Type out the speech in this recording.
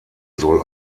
soll